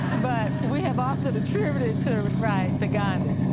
but we have often attributed to, right, to gandhi.